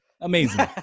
amazing